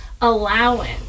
allowance